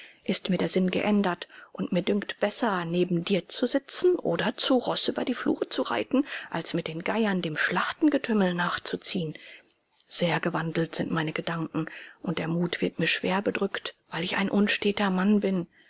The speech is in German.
ist mir der sinn geändert und mir dünkt besser neben dir zu sitzen oder zu roß über die flur zu reiten als mit den geiern dem schlachtgetümmel nachzuziehen sehr gewandelt sind meine gedanken und der mut wird mir schwer bedrückt weil ich ein unsteter mann bin